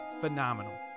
phenomenal